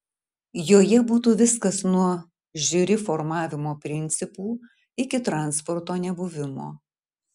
joje būtų viskas nuo žiuri formavimo principų iki transporto nebuvimo